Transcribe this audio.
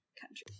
country